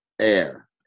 Air